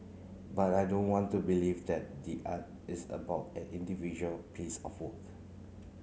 but I don't want to believe that the art is about an individual piece of work